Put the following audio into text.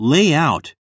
Layout